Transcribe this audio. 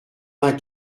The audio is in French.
vingt